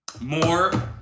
more